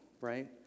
right